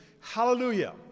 hallelujah